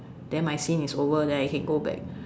then my scene is over then I can go back